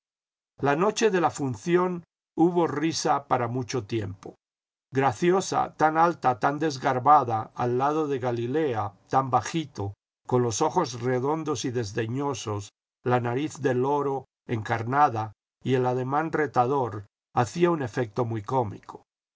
la noche de la función hubo risa para mucho tiempo graciosa tan alta tan desgarbada al lado de galilea tan bajito con los ojos redondos y desdeñosos la nariz de loro encarnada y el ademán retador hacía un efecto muy cómico graciosa creyó que